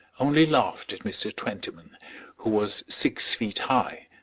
only laughed at mr. twentyman who was six feet high,